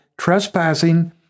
trespassing